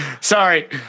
Sorry